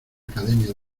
academia